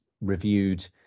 reviewed